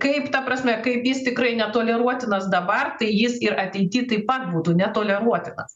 kaip ta prasme kaip jis tikrai netoleruotinas dabar tai jis ir ateity taip pat būtų netoleruotinas